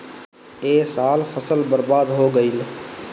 ए साल फसल बर्बाद हो गइल